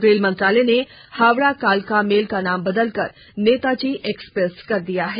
rail मंत्रालय ने हावड़ा कालका मेल का नाम बदलकर नेताजी एक्स प्रेस कर दिया है